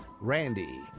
Randy